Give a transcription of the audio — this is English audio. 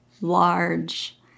large